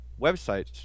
websites